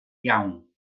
iawn